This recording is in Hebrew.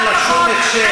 אני לא נותן לך שום הכשר.